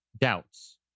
doubts